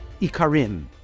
Ikarim